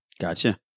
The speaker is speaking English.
Gotcha